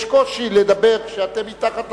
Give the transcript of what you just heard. יש קושי לדבר כשאתם מתחת לדוכן.